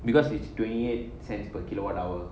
because it's twenty eight cents per kilowatt hour